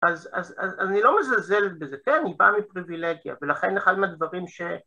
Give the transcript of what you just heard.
‫אז אני לא מזלזל בזה. ‫כן, היא באה מפריבילגיה, ‫ולכן אחד מהדברים ש...